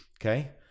Okay